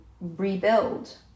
rebuild